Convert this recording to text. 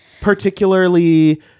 particularly